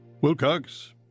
Wilcox